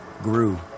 grew